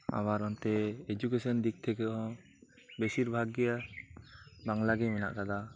ᱟᱵᱟᱨ ᱚᱱᱛᱮ ᱮᱰᱩᱠᱮᱥᱚᱱ ᱫᱤᱠ ᱛᱷᱮᱠᱮ ᱦᱚᱸ ᱵᱮᱥᱤᱨ ᱵᱷᱟᱜᱽ ᱜᱮ ᱵᱟᱝᱞᱟ ᱜᱮ ᱢᱮᱱᱟᱜ ᱟᱠᱟᱫᱟ